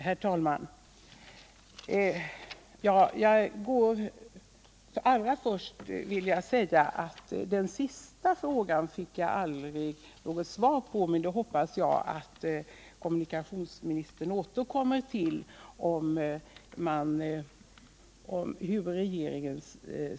Herr talman! Allra först vill jag säga att på min sista fråga fick jag inte något svar, men jag hoppas att kommunikationsministern återkommer till den.